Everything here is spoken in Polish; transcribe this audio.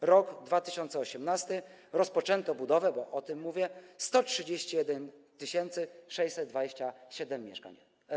W roku 2018 rozpoczęto budowę, bo o tym mówię, 131 627 mieszkań.